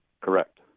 Correct